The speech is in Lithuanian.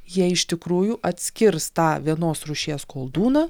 jie iš tikrųjų atskirs tą vienos rūšies koldūną